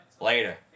Later